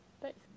Thanks